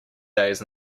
days